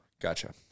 Gotcha